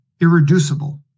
irreducible